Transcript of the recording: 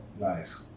nice